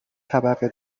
طبقه